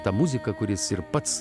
ta muzika kur jis ir pats